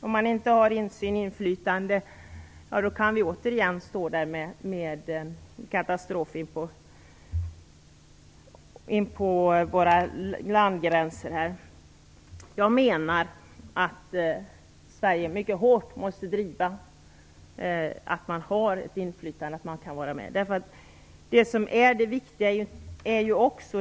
Om man inte har insyn och inflytande kan vi återigen stå där med en katastrof inpå våra landgränser. Jag menar att Sverige mycket hårt måste driva frågan om ett inflytande och om att man kan vara med.